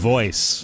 Voice